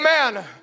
Amen